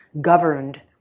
governed